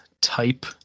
type